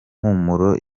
mpumuro